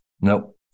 nope